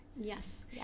Yes